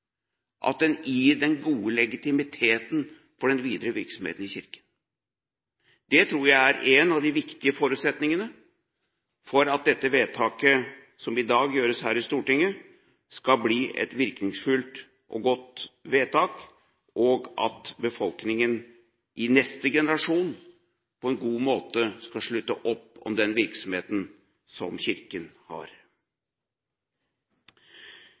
den gode legitimiteten for den videre virksomheten i Kirken. Det tror jeg er en av de viktige forutsetningene for at det vedtaket som i dag gjøres her i Stortinget, skal bli et virkningsfullt og godt vedtak, og at befolkningen i neste generasjon på en god måte skal slutte opp om den virksomheten som Kirken har.